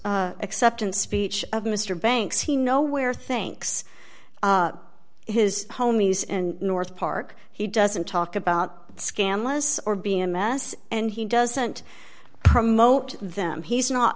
acceptance speech of mr banks he nowhere thinks his home is in north park he doesn't talk about scandalous or being a mess and he doesn't promote them he's not